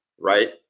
right